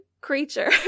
creature